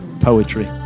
poetry